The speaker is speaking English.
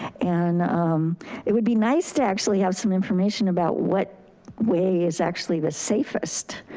and it would be nice to actually have some information about what way is actually the safest,